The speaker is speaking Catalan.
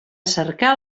cercar